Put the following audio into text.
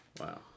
Wow